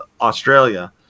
Australia